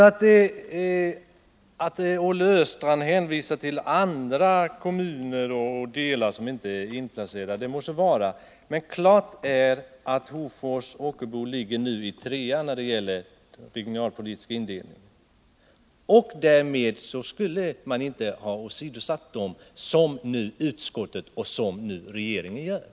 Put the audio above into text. Att Olle Östrand hänvisar till andra kommuner och landsdelar som inte är inplacerade må så vara, men klart är att Hofors och Ockelbo ligger i stödområde 3 när det gäller den regionalpolitiska indelningen. Därmed skulle man inte ha åsidosatt dem, som utskottet och regeringen nu gör.